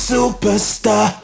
Superstar